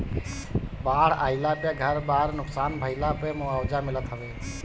बाढ़ आईला पे घर बार नुकसान भइला पअ मुआवजा मिलत हवे